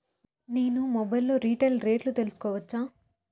నేను మొబైల్ లో రీటైల్ రేట్లు తెలుసుకోవచ్చా?